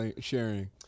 Sharing